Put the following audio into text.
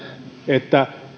että